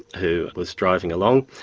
who was driving along,